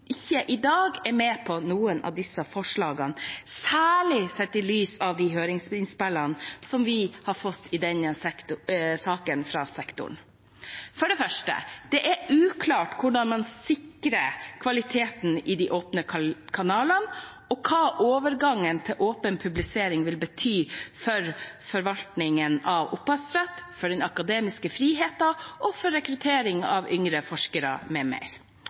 ikke i dag er med på noen av disse forslagene, særlig sett i lys av de høringsinnspillene vi har fått i denne saken fra sektoren. For det første: Det er uklart hvordan man sikrer kvaliteten i de åpne kanalene, og hva overgangen til åpen publisering vil bety for forvaltningen av opphavsrett, for den akademiske friheten og for rekruttering av yngre forskere, m.m. For det andre: For å lykkes med